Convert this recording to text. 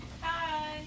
Hi